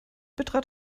betrat